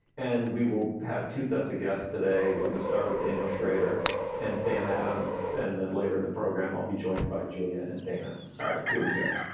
and we will have two sets of guests today. we're going to start with daniel schrader and sam adams. and then later in the program, i'll be joined by julia and dayna. all right. here we go